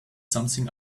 something